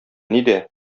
нидә